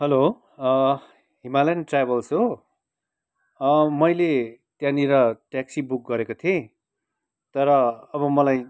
hello Himalayan travels हो मैले त्यहाँनिर ट्याक्सी बुक गरेको थिएँ तर अब मलाई